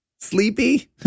sleepy